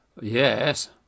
Yes